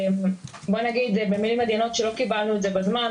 בוא נגיד במילים עדינות שלא קיבלנו את זה בזמן,